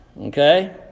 Okay